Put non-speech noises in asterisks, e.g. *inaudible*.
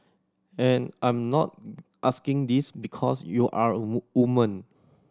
and I'm not asking this because you're a *unintelligible* woman